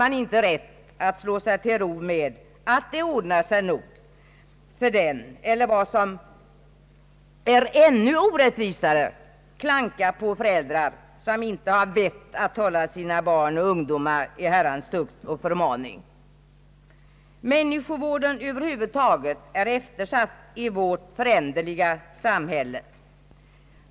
man inte rätt ätt slå sig till ro med att det nog ordnar sig. Det är också orättvist att utan vidare bara klanka på föräldrar som inte har vett att hålla sina barn och ungdomar i Herrans tukt och förmaning. Människovården över huvud taget är eftersatt i vårt föränderliga samhälle.